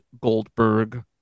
Goldberg